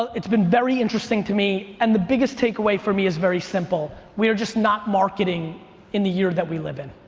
it's been very interesting to me, and the biggest takeaway for me is very simple. we are just not marketing in the year that we live in,